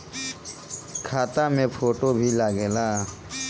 खाता मे फोटो भी लागे ला?